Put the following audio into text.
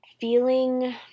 feeling